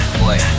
boy